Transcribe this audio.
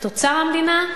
את אוצר המדינה,